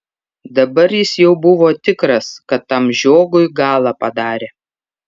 dabar jis jau buvo tikras kad tam žiogui galą padarė